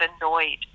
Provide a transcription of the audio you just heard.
annoyed